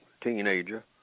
teenager